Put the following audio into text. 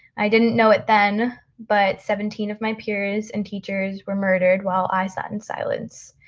i didn't know it then, but seventeen of my peers and teachers were murdered while i sat in silence.